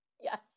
Yes